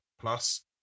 plus